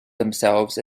themselves